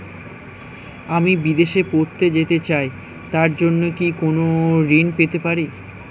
আমি বিদেশে পড়তে যেতে চাই তার জন্য কি কোন ঋণ পেতে পারি?